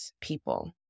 people